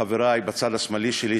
חברי בצד השמאלי שלי,